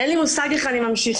אין לי מושג איך אני ממשיכה,